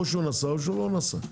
או נסע או לא נסע.